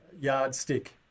yardstick